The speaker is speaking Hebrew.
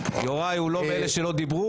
יוראי הוא לא מאלה שלא דיברו.